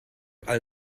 all